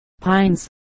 pines